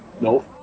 No